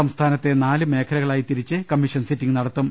സംസ്ഥാനത്തെ നാലു മേഖലക ളായി തിരിച്ച് കമ്മീഷൻ സിറ്റിംഗ് നടത്തും